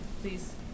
Please